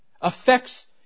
affects